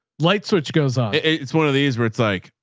light switch goes on. it's one of these where it's like,